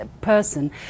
person